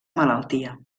malaltia